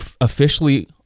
officially